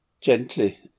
gently